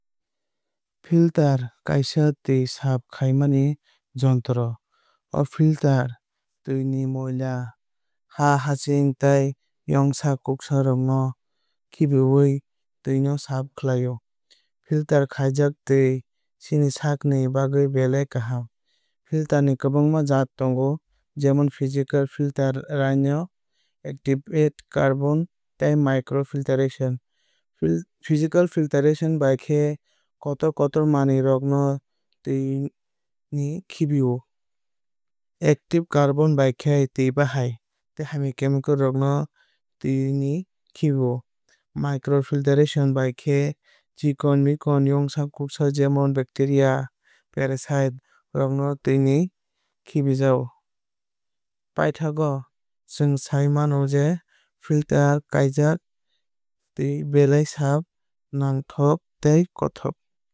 Filter kaisa twui saaf khamani jontro. O filter twui ni moila haa haaching tei yong sak kuksa no khibiwui twui no saaf khai o. Filter khaijak twui chini sakni bagwui belai kaham. Filter ni kwbangma jaat tongo jemon physical filtraion activated carbo tei micro filtraion. Physical filtration bai khe kotor kotor manwui rok no twui ni khibijago. Activated carbon bai khe twui bahai tei hamya chamical rok no twui ni khibijago. Microfiltraion bai khe chikon mikon yongsa kuksa jemon bacteria parasite rok no twui ni khibijago. Paithogo chwng sai mano je filter khaijak twui belai saaf nwngthok tei kothok.